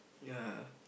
ya